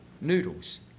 noodles